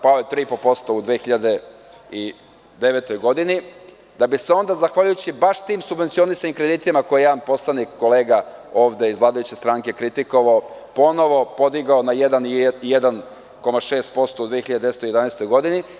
Pao je 3,5% u 2009. godini, da bi se onda, zahvaljujući baš tim subvencionisanim kreditima koje je jedan poslanik, kolega ovde iz vladajuće stranke kritikovao, ponovo podigao na 1,6% u 2010. i 2011. godini.